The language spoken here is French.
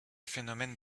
phénomène